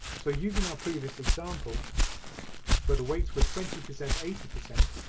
so using our previous example where the weights were twenty percent eighty percent,